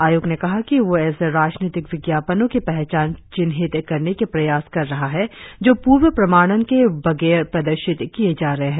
आयोग ने कहा कि वह ऐसे राजनीतिक विज्ञापनों की पहचान चिन्हित करने के प्रयास कर रहा है जो पूर्व प्रमाणन के बगैर प्रदर्शित किए जा रहे हैं